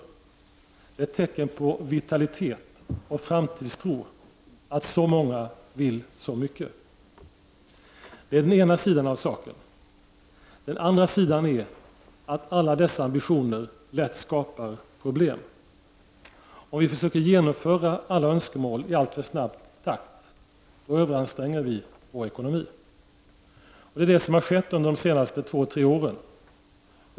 Det är ett tecken på vitalitet och framtidstro att så många vill så mycket. Det är ena sidan av saken. Den andra sidan är att alla dessa ambitioner lätt skapar problem. Om vi försöker tillmötesgå alla önskemål i allt för snabb takt, då överanstränger vi vår ekonomi. Det är det som har skett under de senaste två tre åren.